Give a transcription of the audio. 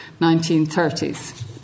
1930s